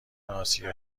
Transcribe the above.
اسیا